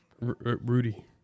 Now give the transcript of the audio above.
Rudy